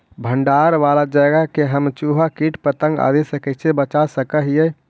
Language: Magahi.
भंडार वाला जगह के हम चुहा, किट पतंग, आदि से कैसे बचा सक हिय?